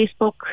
facebook